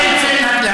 היוצא מן הכלל